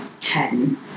ten